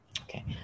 okay